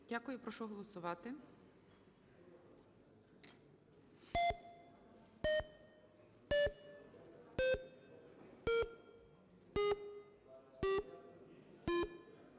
Дякую. Прошу голосувати.